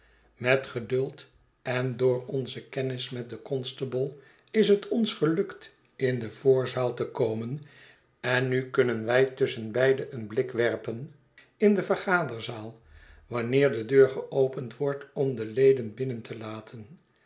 met geduld en door onze kennis met den constable is het ons gelukt in de voorzaal te komen en nu kunnen wij tusschenbeide een blik werpen in de vergaderzaai wanneer de deur geopend wordt om de leden binnen te laten